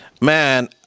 Man